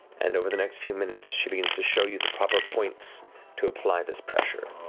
and over the next few minutes she begins to show you the proper points to apply this pressure.